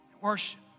worship